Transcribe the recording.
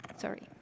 Sorry